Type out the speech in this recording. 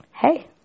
Hey